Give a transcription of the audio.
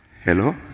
Hello